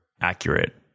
accurate